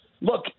look